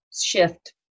shift